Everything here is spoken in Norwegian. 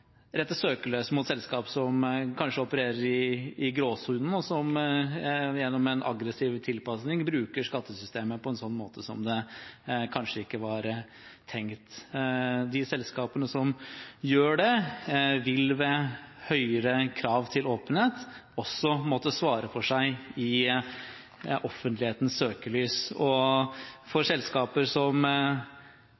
søkelyset mot selskaper som kanskje opererer i gråsonen, og som gjennom en aggressiv tilpasning bruker skattesystemet på en måte som kanskje ikke var tenkt. De selskapene som gjør det, vil ved høyere krav til åpenhet også måtte svare for seg i offentlighetens søkelys, og for